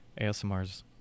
ASMRs